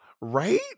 Right